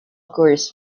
occurs